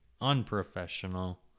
Unprofessional